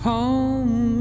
home